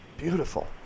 Beautiful